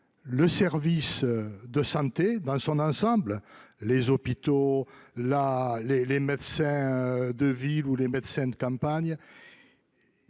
le service de santé dans son ensemble : hôpitaux, médecins de ville, médecins de campagne,